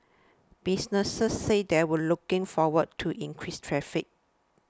businesses said they were looking forward to increased traffic